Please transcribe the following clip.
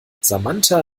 samantha